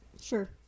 Sure